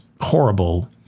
horrible